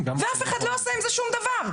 ואף אחד לא עושה עם זה שום דבר.